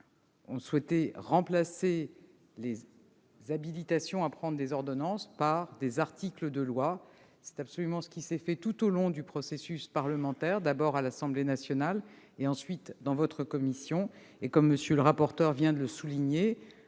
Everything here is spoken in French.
souhaitions remplacer les habilitations à prendre des ordonnances par des articles de loi. C'est ce qui s'est produit tout au long du processus parlementaire, d'abord à l'Assemblée nationale, puis en commission au Sénat. Ainsi que M. le rapporteur vient de le souligner,